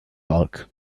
bulk